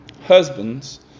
Husbands